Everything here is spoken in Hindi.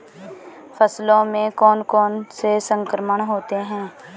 फसलों में कौन कौन से संक्रमण होते हैं?